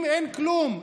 אם אין כלום,